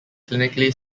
clinically